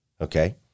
okay